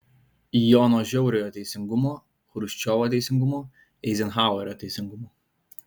jono žiauriojo teisingumo chruščiovo teisingumo eizenhauerio teisingumo